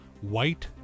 white